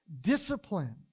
discipline